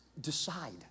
Decide